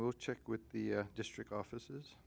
we'll check with the district offices